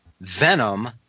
Venom